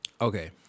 Okay